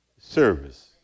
service